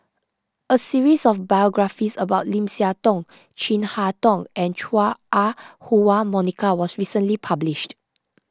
a series of biographies about Lim Siah Tong Chin Harn Tong and Chua Ah Huwa Monica was recently published